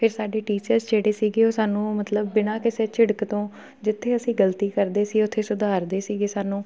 ਫਿਰ ਸਾਡੇ ਟੀਚਰਸ ਜਿਹੜੇ ਸੀਗੇ ਉਹ ਸਾਨੂੰ ਮਤਲਬ ਬਿਨਾਂ ਕਿਸੇ ਝਿੜਕ ਤੋਂ ਜਿੱਥੇ ਅਸੀਂ ਗਲਤੀ ਕਰਦੇ ਸੀ ਉੱਥੇ ਸੁਧਾਰਦੇ ਸੀਗੇ ਸਾਨੂੰ